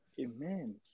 Amen